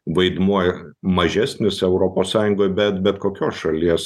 vaidmuo ir mažesnis europos sąjungoj bet bet kokios šalies